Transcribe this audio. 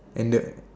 and the